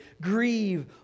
Grieve